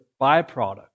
byproduct